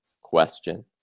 question